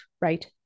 right